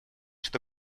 что